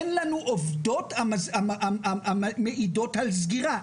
אין לנו עובדות המעידות על סגירה,